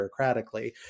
bureaucratically